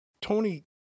Tony